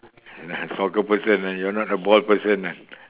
soccer person ah you are not a ball person ah